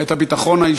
את הביטחון האישי.